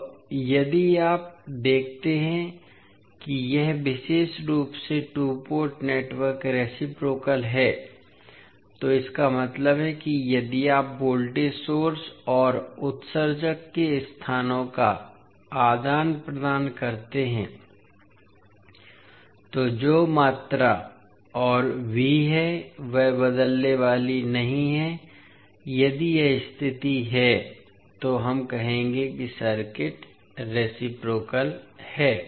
अब यदि आप देखते हैं कि यह विशेष रूप से टू पोर्ट नेटवर्क रेसिप्रोकल है तो इसका मतलब है कि यदि आप वोल्टेज सोर्स और उत्सर्जक के स्थानों का आदान प्रदान करते हैं तो जो मात्रा I और V है वह बदलने वाली नहीं है यदि यह स्थिति है तो हम कहेंगे कि सर्किट रेसिप्रोकल है